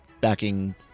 backing